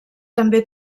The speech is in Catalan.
també